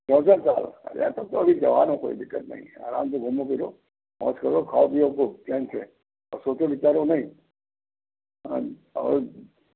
साल अरे यार तुम तो अभी जवान हो कोई दिक़्क़त नहीं है आराम से घूमो फिरो मौज करो खाओ पीओ खूब चैन से और सोचो विचारो नहीं और